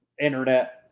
internet